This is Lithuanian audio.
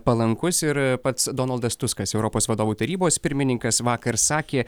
palankus ir pats donaldas tuskas europos vadovų tarybos pirmininkas vakar sakė